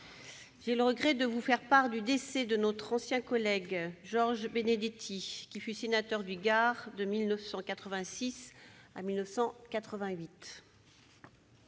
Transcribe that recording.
J'ai le regret de vous faire part du décès de notre ancien collègue Georges Benedetti, qui fut sénateur du Gard de 1986 à 1988.